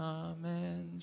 amen